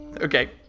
Okay